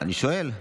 אני שואל.